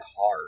hard